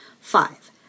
Five